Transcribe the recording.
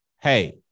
Hey